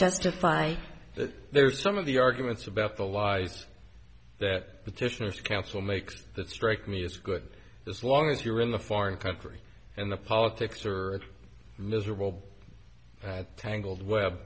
justify that there are some of the arguments about the lies that petitioners counsel makes that strike me as good as long as you're in a foreign country and the politics are miserable tangled web